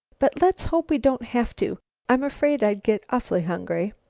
but let's hope we don't have to i'm afraid i'd get awful hungry.